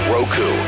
Roku